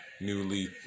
newly